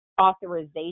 authorization